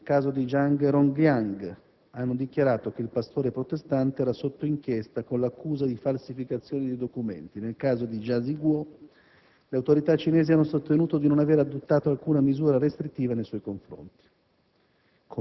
Nel caso di Zhang Rongliang, hanno dichiarato che il pastore protestante era sotto inchiesta con l'accusa di falsificazione di documenti. Nel caso di Jia Zhiguo, le autorità cinesi hanno sostenuto di non aver adottato alcuna misura restrittiva nei suoi confronti.